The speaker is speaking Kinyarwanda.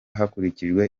hakurikijwe